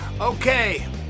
Okay